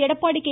Edappadi K